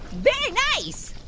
very nice.